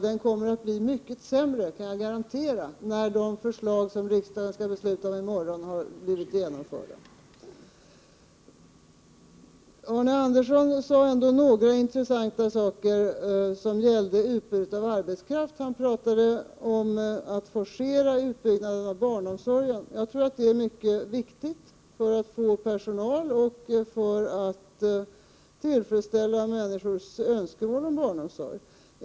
Den kommer att bli mycket sämre, det kan jag garantera, när de förslag som riksdagen skall fatta beslut om i morgon har blivit genomförda. Arne Andersson sade ändå några intressanta saker som gällde utbudet av arbetskraft. Han talade om att forcera utbyggnaden av barnomsorgen. Jag tror att det är mycket viktigt för att få personal och för att tillfredsställa människors önskemål om barnomsorg.